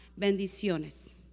bendiciones